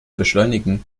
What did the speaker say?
beschleunigen